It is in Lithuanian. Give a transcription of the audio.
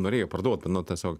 norėjo parduot nu tiesiog